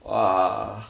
!wah!